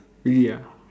really ah